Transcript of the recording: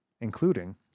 including